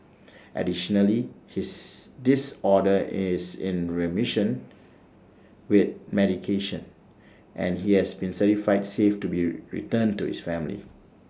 additionally his disorder is in remission with medication and he has been certified safe to be returned to his family